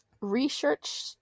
Research